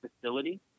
facility